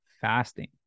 fasting